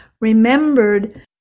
remembered